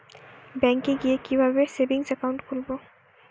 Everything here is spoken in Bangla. ব্যাঙ্কে গিয়ে কিভাবে সেভিংস একাউন্ট খুলব?